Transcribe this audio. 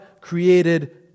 created